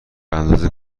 اندازه